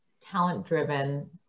talent-driven